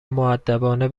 مودبانه